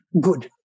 good